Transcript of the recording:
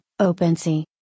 OpenSea